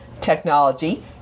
technology